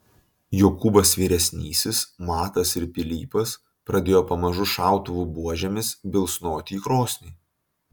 jokūbas vyresnysis matas ir pilypas pradėjo pamažu šautuvų buožėmis bilsnoti į krosnį